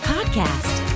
Podcast